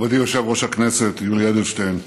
מכובדי יושב-ראש הכנסת יולי אדלשטיין,